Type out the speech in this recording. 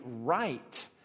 right